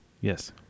Yes